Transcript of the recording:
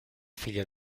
figlia